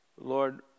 Lord